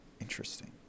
Interesting